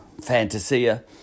Fantasia